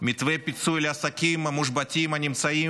מתווה פיצוי לעסקים מושבתים הנמצאים